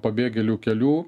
pabėgėlių kelių